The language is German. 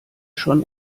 schon